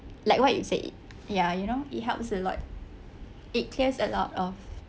like what you said ya you know it helps a lot it clears a lot of